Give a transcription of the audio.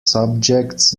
subjects